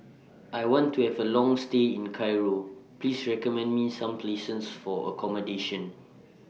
I want to Have A Long stay in Cairo Please recommend Me Some For accommodation